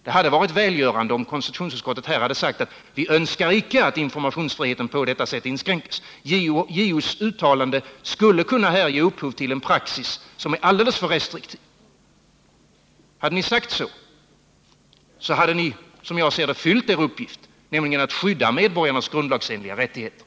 Det hade varit välgörande om konstitutionsutskottet här i stället hade sagt: Vi önskar icke att informationsfriheten på detta sätt inskränks. JO:s uttalande skulle kunna ge upphov till en praxis som är alldeles för restriktiv. Hade ni sagt så, hade ni, som jag ser det, fyllt er uppgift att skydda medborgarnas grundlagsenliga rättigheter.